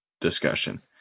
discussion